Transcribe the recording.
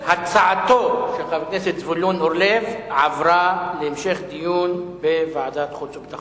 הצעתו של חבר הכנסת זבולון אורלב עברה להמשך דיון בוועדת חוץ וביטחון.